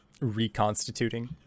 reconstituting